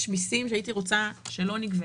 יש מיסים שהייתי רוצה שלא נגבה,